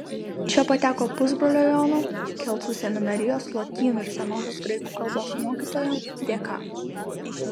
čia pateko pusbrolio jono kelcų seminarijos lotynų ir senosios graikų kalbos mokytojo dėka